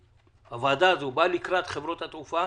הוועדה הזאת באה לקראת חברות התעופה,